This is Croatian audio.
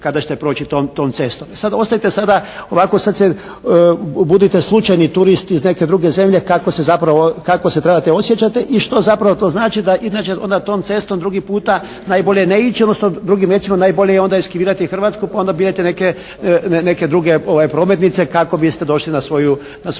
kada ćete proći tom cestom. I sada ostavite sada, ovako sada budite slučajni turist iz neke druge zemlje kako se trebate osjećati i što zapravo to znači da onda tom cestom drugi puta najbolje ne ići, drugim riječima najbolje je onda eskivirati Hrvatsku pa onda birajte neke druge prometnice kako biste došli na svoju